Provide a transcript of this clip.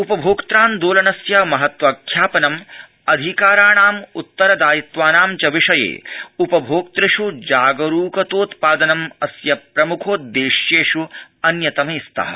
उ भोक्त्रान् ोलनस्य महत्व ख्या नम् अधिकाराणाम् उत्तर ायित्वानाञ्च विषये उ भोक्तृष् जागरूकतोत ा नम् अस्य प्रमुखोद श्येष् अन्यतमे स्तः